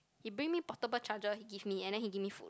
he bring me portable charger he give me and then he give me food